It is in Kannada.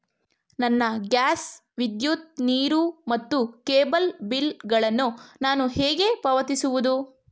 ನನ್ನ ಗ್ಯಾಸ್, ವಿದ್ಯುತ್, ನೀರು ಮತ್ತು ಕೇಬಲ್ ಬಿಲ್ ಗಳನ್ನು ನಾನು ಹೇಗೆ ಪಾವತಿಸುವುದು?